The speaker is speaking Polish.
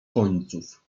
końców